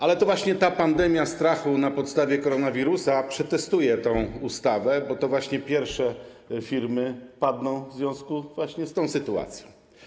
Ale to właśnie ta pandemia strachu na podstawie koronawirusa przetestuje tę ustawę, bo pierwsze firmy padną w związku właśnie z tą sytuacją.